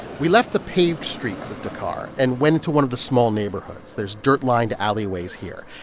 we left the paved streets of dakar and went into one of the small neighborhoods. there's dirt-lined alleyways here.